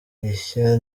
ishya